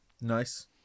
nice